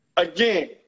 again